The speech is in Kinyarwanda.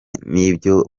n’ibyo